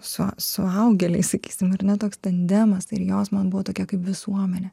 su suaugėliai sakysime ar ne toks tandemas ir jos man buvo tokia kaip visuomenė